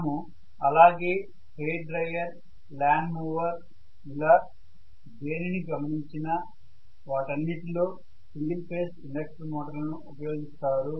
మనము అలాగే hair dryer lawn mower ఇలా దేనిని గమనించినా వీటన్నింటిలోను సింగల్ ఫేజ్ ఇండక్షన్ మోటార్ లను ఉపయోగిస్తారు